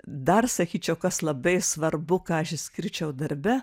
dar sakyčiau kas labai svarbu ką aš išskirčiau darbe